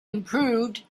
improved